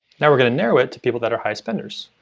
now we're going to narrow it to people that are high spenders.